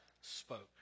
spoke